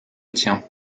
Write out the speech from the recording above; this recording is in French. tient